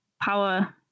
power